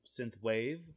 Synthwave